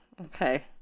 Okay